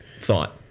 thought